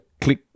click